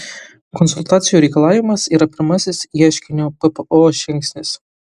konsultacijų reikalavimas yra pirmasis ieškinio ppo žingsnis